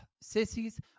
Sissies